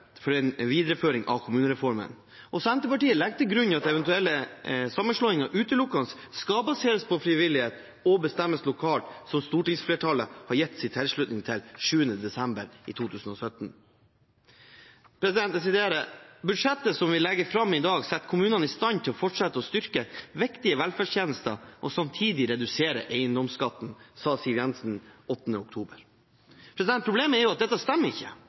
for en videreføring av kommunereformen. Senterpartiet legger til grunn at eventuelle sammenslåinger utelukkende skal baseres på frivillighet og bestemmes lokalt, slik stortingsflertallet har gitt sin tilslutning til 7. desember i 2017. Jeg siterer: «Budsjettet som vi legger frem i dag, setter kommunene i stand til å fortsette å styrke viktige velferdstjenester og samtidig redusere eiendomsskatten.» Dette sa Siv Jensen 8. oktober. Problemet er at dette stemmer ikke